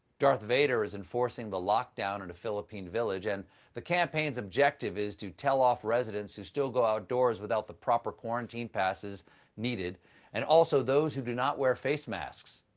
darth vader is enforcing the lockdown in a philippine village. and the campaign's objective is to tell off residents who still go outdoors without the proper quarantine passes needed and also those who do not wear face masks.